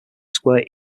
square